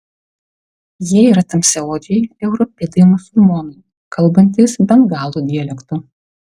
jie yra tamsiaodžiai europidai musulmonai kalbantys bengalų dialektu